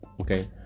okay